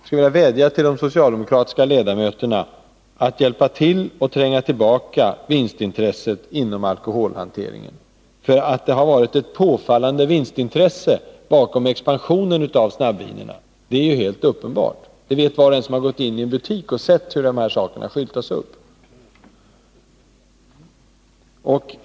Jag vill vädja till de socialdemokratiska ledamöterna att hjälpa till och tränga tillbaka vinstintresset inom alkoholhanteringen. Det är ju helt uppenbart att det har varit ett påfallande vinstintresse bakom snabbvinsatsernas expansion. Det vet var och en som har gått in i en butik och sett hur dessa varor skyltas upp.